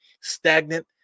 stagnant